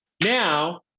Now